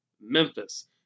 Memphis